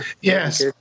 Yes